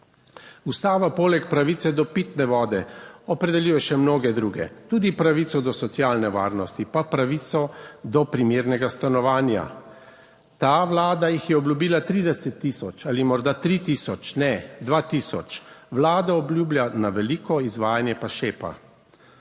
Ustava poleg pravice do pitne vode opredeljuje še mnoge druge, tudi pravico do socialne varnosti, pa pravico do primernega stanovanja. Ta vlada jih je obljubila 30 tisoč ali morda 3 tisoč, ne, 2 tisoč. Vlada obljublja na veliko, izvajanje pa šepa.